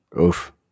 Oof